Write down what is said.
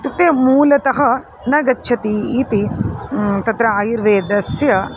इत्युक्ते मूलतः न गच्छति इति तत्र आयुर्वेदस्य